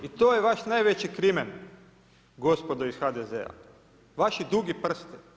I to je vaš najveći krimen gospodo iz HDZ-a, vaši dugi prsti.